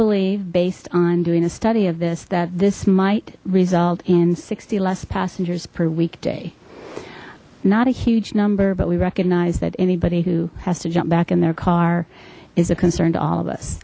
believe based on doing a study of this that this might result in sixty less passengers per weekday not a huge number but we recognize that anybody who has to jump back in their car is a concern to all of us